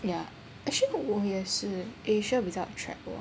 ya actually 我也是 asia 比较 attract 我